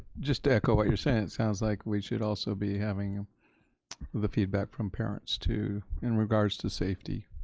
just to echo what you're saying, it sounds like we should also be having the feedback from parents too in regards to safety,